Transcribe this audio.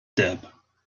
step